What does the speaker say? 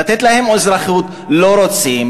לתת להם אזרחות, לא רוצים.